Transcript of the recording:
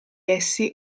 essi